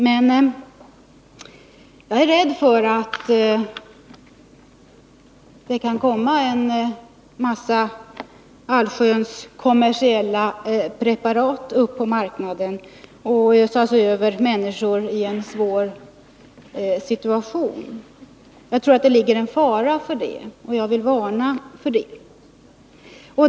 Men jag är rädd för att allsköns kommersiella preparat kan komma upp på marknaden och ösas över människor i en svår situation. Jag tror att där ligger en fara, och jag vill varna för den.